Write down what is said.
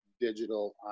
Digital